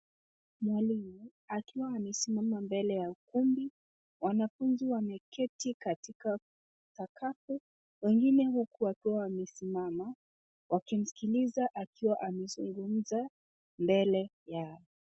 Mwalimu akiwa amesimama mbele ya ukumbi. Wanafunzi wameketi katika sakafu, wengine huku wakiwa wamesimama wakimsikiliza akiwa amezungumza mbele yao.